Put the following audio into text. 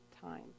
time